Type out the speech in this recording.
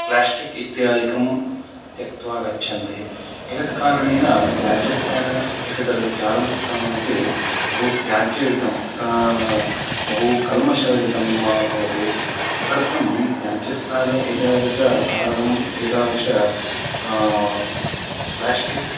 plastic इत्यादिकं त्यक्त्वा गच्छन्ति एतत्कारणेन त्याज्यस्थान एतत् चारणस्थानमपि बहु त्याज्ययुतं तथा बहु कल्मषयुतं वा भवति तदर्थं त्याज्यस्थाने एतादृशकारणम् एतादृश प्लास्टिक्